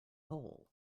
hole